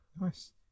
Nice